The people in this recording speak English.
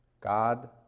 God